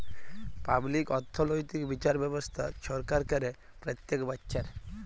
public অথ্থলৈতিক বিচার ব্যবস্থা ছরকার ক্যরে প্যত্তেক বচ্ছর